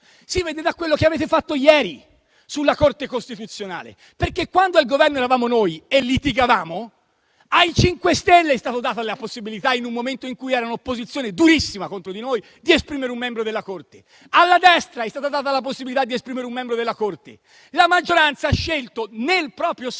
si vede? Da quello che avete fatto ieri sulla Corte costituzionale. Quando al Governo c'eravamo noi e litigavamo, ai 5 Stelle è stata data la possibilità, in un momento in cui erano opposizione durissima contro di noi, di esprimere un membro della Corte; alla destra è stata data analoga possibilità. La maggioranza ha scelto nel proprio seno,